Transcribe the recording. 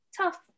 tough